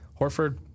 Horford